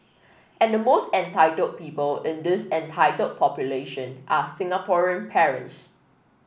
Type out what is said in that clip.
and the most entitled people in this entitled population are Singaporean parents